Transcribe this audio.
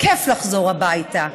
כיף לחזור הביתה.